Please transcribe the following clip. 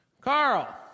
Carl